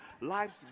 Life's